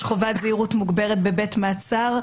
יש חובת זהירות מוגברת בבית מעצר.